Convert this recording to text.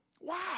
Wow